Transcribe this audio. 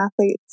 athletes